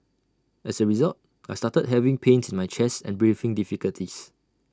as A result I started having pains in my chest and breathing difficulties